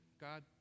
God